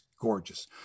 gorgeous